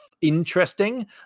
interesting